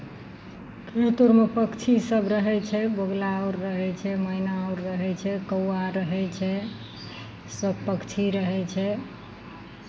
खेत आओरमे पक्षीसभ रहै छै बगुला आओर रहै छै मैना आओर रहै छै कौआ आओर रहै छै सभ पक्षी रहै छै